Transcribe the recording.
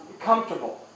comfortable